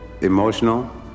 emotional